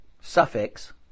suffix